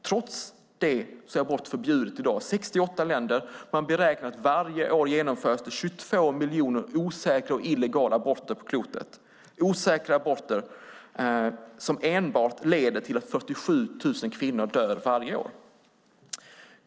Trots detta är abort förbjudet i 68 länder. Man beräknar att det varje år genomförs 22 miljoner osäkra och illegala aborter på jorden - osäkra aborter som leder till att 47 000 kvinnor dör varje år.